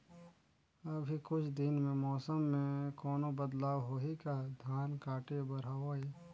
अभी कुछ दिन मे मौसम मे कोनो बदलाव होही का? धान काटे बर हवय?